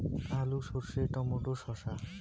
আলু সর্ষে টমেটো শসা